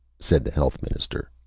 said the health minister.